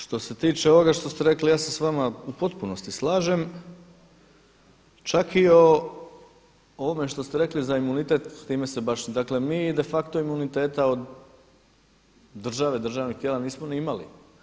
Što se tiče ovoga što ste rekli ja se s vama u potpunosti slažem, čak i o ovome što ste rekli za imunitet, s time se baš, dakle mi de facto imuniteta od države, državnih tijela nismo ni imali.